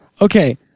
Okay